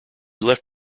left